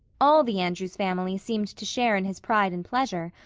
all the andrews family seemed to share in his pride and pleasure,